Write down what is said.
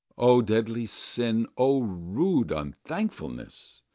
o deadly sin! o rude unthankfulness!